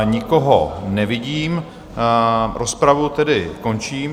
Nikoho nevidím, rozpravu tedy končím.